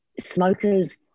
smokers